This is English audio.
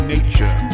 Nature